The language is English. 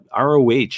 ROH